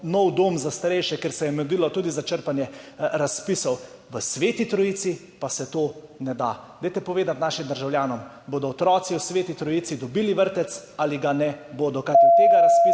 nov dom za starejše, kjer se je mudilo tudi za črpanje razpisov, v Sveti Trojici pa se to ne da. Dajte povedati našim državljanom, bodo otroci v Sveti Trojici dobili vrtec ali ga ne bodo,